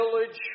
village